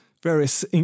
Various